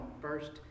first